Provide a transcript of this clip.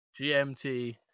GMT